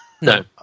No